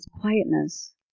quietness